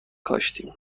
کاشتیم